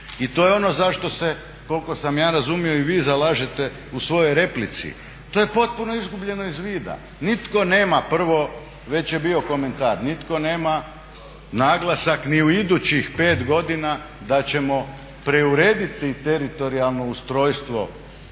i to je ono zašto se koliko sam ja razumio i vi zalažete u svojoj replici. To je potpuno izgubljeno iz vida. Nitko nema prvo već je bio komentar, nitko nema naglasak ni u idućih pet godina da ćemo preurediti teritorijalno ustrojstvo